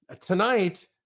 Tonight